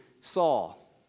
Saul